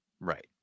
right